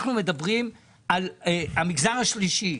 אנחנו מדברים על המגזר השלישי,